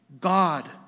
God